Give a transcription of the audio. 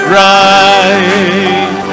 right